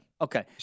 Okay